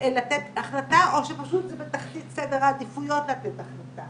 לתת החלטה או שפשוט זה בתחתית סדר העדיפויות לתת החלטה